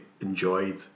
enjoyed